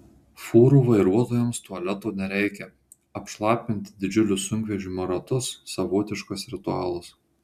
fūrų vairuotojams tualeto nereikia apšlapinti didžiulius sunkvežimio ratus savotiškas ritualas